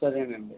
సరేను అండి